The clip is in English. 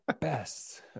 best